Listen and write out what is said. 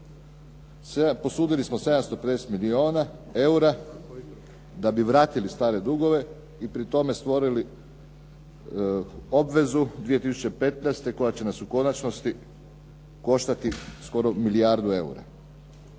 Posudili smo 750 milijuna eura da bi vratili stare dugove i pri tome stvorili obvezu 2015. koja će nas u konačnosti koštati skoro milijardu eura.